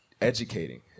educating